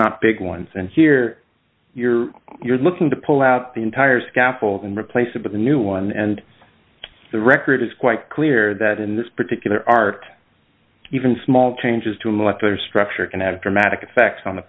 not big ones and here you're looking to pull out the entire scaffold and replace it with a new one and the record is quite clear that in this particular art even small changes to molecular structure can have dramatic effects on the